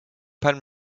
palm